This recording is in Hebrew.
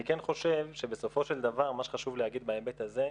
אני כן חושב שבסופו של דבר מה שחשוב להגיד בהיבט הזה,